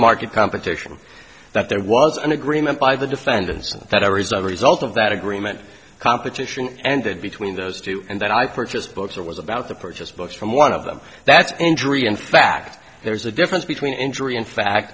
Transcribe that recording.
market competition that there was an agreement by the defendants in the federal reserve result of that agreement competition and that between those two and that i purchased books or was about to purchase books from one of them that's injury in fact there's a difference between injury in fact